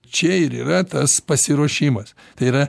čia ir yra tas pasiruošimas yra